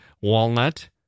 walnut